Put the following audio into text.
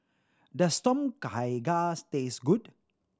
does Tom Kha Gai taste good